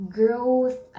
growth